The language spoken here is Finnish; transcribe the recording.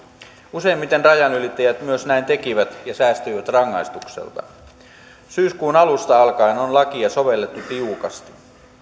useimmiten rajanylittäjät myös näin tekivät ja säästyivät rangaistukselta syyskuun alusta alkaen on lakia sovellettu tiukasti